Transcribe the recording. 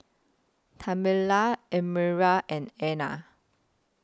Tamela Elmyra and Ana